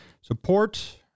support